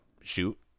shoot